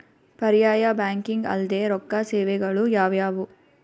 ಪರ್ಯಾಯ ಬ್ಯಾಂಕಿಂಗ್ ಅಲ್ದೇ ರೊಕ್ಕ ಸೇವೆಗಳು ಯಾವ್ಯಾವು?